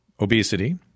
obesity